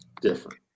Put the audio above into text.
different